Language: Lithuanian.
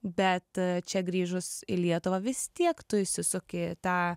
bet čia grįžus į lietuvą vis tiek tu įsisuki į tą